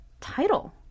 title